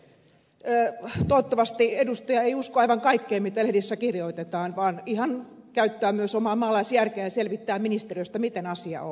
toivottavasti edustaja ei usko aivan kaikkea mitä lehdissä kirjoitetaan vaan ihan käyttää myös omaa maalaisjärkeään ja selvittää ministeriöstä miten asia on